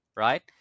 Right